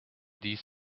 these